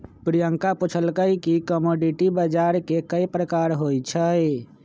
प्रियंका पूछलई कि कमोडीटी बजार कै परकार के होई छई?